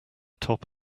top